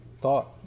thought